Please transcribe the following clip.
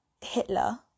Hitler